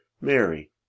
Mary